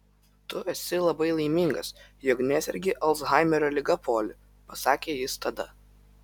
tu esi labai laimingas jog nesergi alzhaimerio liga poli pasakė jis tada